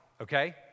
Okay